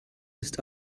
ist